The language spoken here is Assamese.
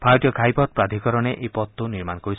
ভাৰতীয় ঘাইপথ প্ৰাধীকৰণে এই পথটো নিৰ্মাণ কৰিছে